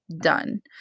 done